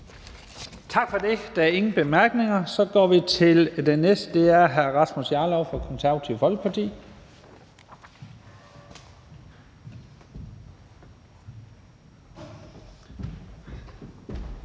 Tak for det. Der er ingen korte bemærkninger. Så går vi til den næste, og det er hr. Rasmus Jarlov fra Det Konservative Folkeparti.